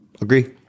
agree